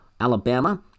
Alabama